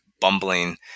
bumbling